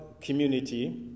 community